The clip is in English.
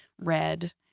red